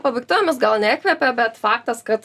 pabaigtuvėmis gal nekvepia bet faktas kad